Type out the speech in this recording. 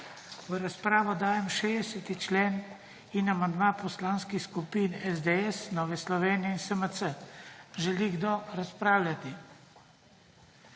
V razpravo dajem 60. člen in amandma Poslanskih skupin SDS, Nove Slovenije in SMC. Želi kdo razpravljati?